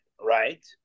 right